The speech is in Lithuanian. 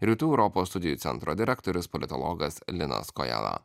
rytų europos studijų centro direktorius politologas linas kojala